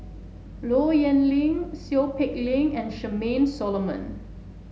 Low Yen Ling Seow Peck Leng and Charmaine Solomon